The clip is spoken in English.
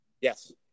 Yes